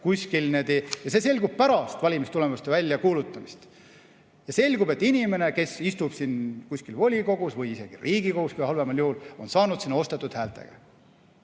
kuskil. Ja see selgub pärast valimistulemuste väljakuulutamist. Ja selgub, et inimene, kes istub siin kuskil volikogus või isegi Riigikogus, halvemal juhul, on saanud sinna ostetud häältega.